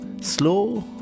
Slow